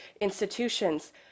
institutions